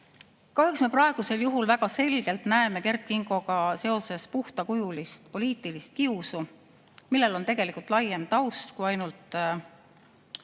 Kahjuks me praegusel juhul väga selgelt näeme Kert Kingoga seoses puhtakujulist poliitilist kiusu, millel on tegelikult laiem taust kui ainult see,